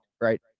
right